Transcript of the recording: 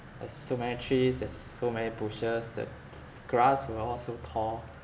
there's so many trees there's so many bushes the grass were all so tall